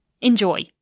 Enjoy